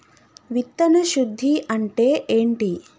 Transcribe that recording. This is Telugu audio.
విత్తన శుద్ధి అంటే ఏంటి?